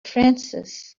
francis